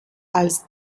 als